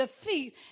defeat